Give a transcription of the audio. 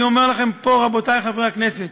אני אומר לכם פה, רבותי חברי הכנסת,